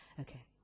Okay